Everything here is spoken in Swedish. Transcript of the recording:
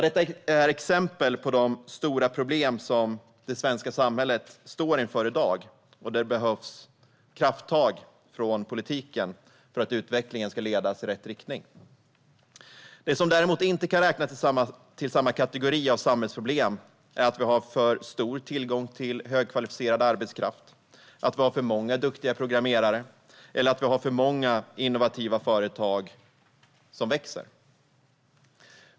Detta är exempel på de stora problem som det svenska samhället står inför i dag där det behövs krafttag från politiken för att utvecklingen ska ledas i rätt riktning. Det som däremot inte kan räknas till samma kategori av samhällsproblem är att vi har för stor tillgång till högkvalificerad arbetskraft, att vi har för många duktiga programmerare eller att vi har för många innovativa företag som växer.